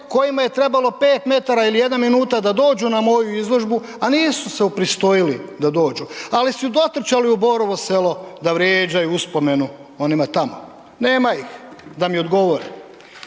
kojima je trebalo 5 metara ili jedna minuta da dođu na moju izložbu, a nisu se upristojili da dođu, ali su dotrčali u Borovo Selo da vrijeđaju uspomenu onima tamo. Nema ih, da mi odgovore.